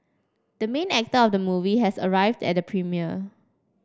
the main actor of the movie has arrived at premiere